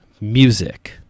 music